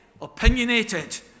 opinionated